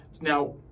now